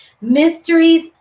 Mysteries